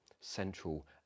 Central